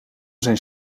zijn